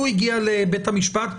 הגיע לבית המשפט.